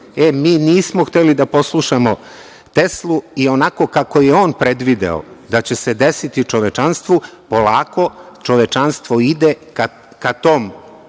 mi nismo hteli da poslušamo Teslu i onako kako je on predvideo da će se desiti čovečanstvu, polako čovečanstvo ide ka tom